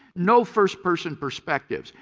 no first person perspectives.